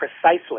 precisely